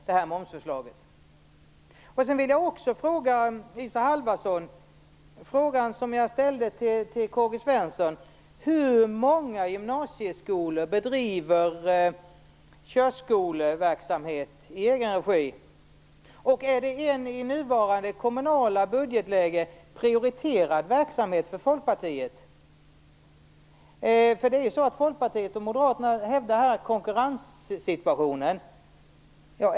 Jag vill också ställa samma fråga till Isa Halvarsson som jag ställde till K-G Svenson: Hur många gymnasieskolor bedriver körskoleverksamhet i egen regi, och är det en i nuvarande kommunala budgetläge prioriterad verksamhet för Folkpartiet? Folkpartiet och Moderaterna hävdar här konkurrenssituationen.